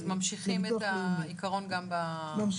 אז ממשיכים את העיקרון גם ב --- ממשיכים